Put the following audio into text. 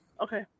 Okay